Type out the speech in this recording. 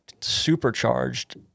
supercharged